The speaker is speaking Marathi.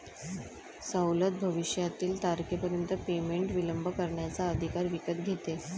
सवलत भविष्यातील तारखेपर्यंत पेमेंट विलंब करण्याचा अधिकार विकत घेते